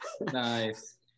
Nice